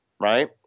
right